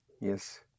yes